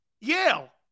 Yale